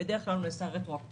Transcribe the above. בדרך כלל הוא נעשה רטרואקטיבית,